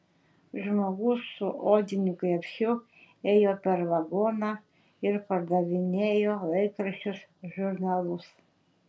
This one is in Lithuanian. žmogus su odiniu krepšiu ėjo per vagoną ir pardavinėjo laikraščius žurnalus